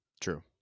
True